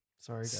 sorry